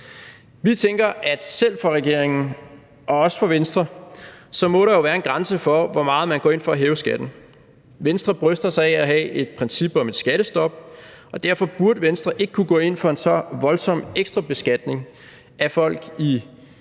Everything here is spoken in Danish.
selv for regeringen og også for Venstre må der jo være en grænse for, hvor meget man går ind for at hæve skatten. Venstre bryster sig af at have et princip om et skattestop, og derfor burde Venstre ikke kunne gå ind for en så voldsom ekstra beskatning af folk i